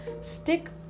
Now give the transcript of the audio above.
stick